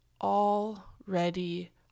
already